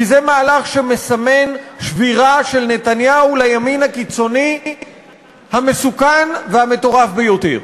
כי זה מהלך שמסמן שבירה של נתניהו לימין הקיצוני המסוכן והמטורף ביותר,